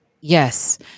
Yes